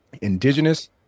indigenous